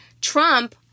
Trump